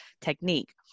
technique